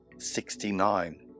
Sixty-nine